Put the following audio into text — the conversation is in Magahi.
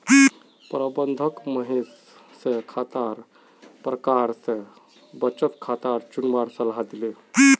प्रबंधक महेश स खातार प्रकार स बचत खाता चुनवार सलाह दिले